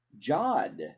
Jod